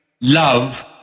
love